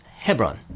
Hebron